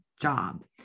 job